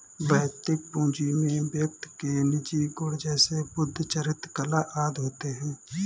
वैयक्तिक पूंजी में व्यक्ति के निजी गुण जैसे बुद्धि, चरित्र, कला आदि होते हैं